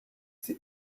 sie